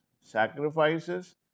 sacrifices